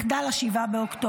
מחדל 7 באוקטובר.